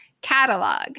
catalog